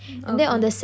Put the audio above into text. okay